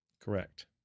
Correct